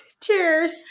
Cheers